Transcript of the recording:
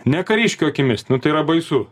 ne kariškio akimis nu tai yra baisu